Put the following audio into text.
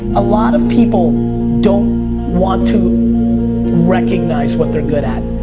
a lot of people don't want to recognize what they're good at.